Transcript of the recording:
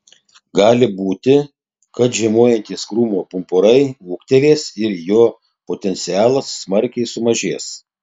gali būti kad žiemojantys krūmo pumpurai ūgtelės ir jo potencialas smarkiai sumažės